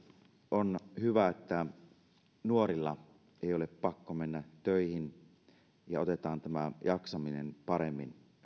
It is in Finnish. on hyvä että nuorten ei ole pakko mennä töihin ja otetaan tämä jaksaminen paremmin